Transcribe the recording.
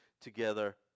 together